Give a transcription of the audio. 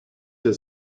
für